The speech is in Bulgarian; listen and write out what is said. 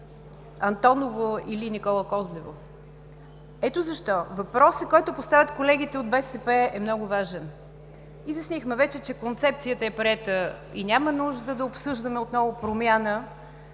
Антоново или Никола Козлево. Ето защо въпросът, който поставят колегите от БСП, е много важен. Изяснихме вече, че концепцията е приета и няма нужда да обсъждаме отново промяна,